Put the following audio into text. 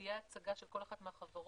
כשתהיה הצגה של כל אחת מהחברות,